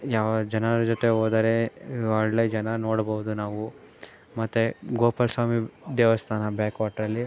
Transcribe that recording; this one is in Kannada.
ಯಾವ ಜನರ ಜೊತೆ ಹೋದರೆ ಒಳ್ಳೆಯ ಜನ ನೋಡ್ಬೋದು ನಾವು ಮತ್ತು ಗೋಪಾಲ ಸ್ವಾಮಿ ದೇವಸ್ಥಾನ ಬ್ಯಾಕ್ ವಾಟ್ರಲ್ಲಿ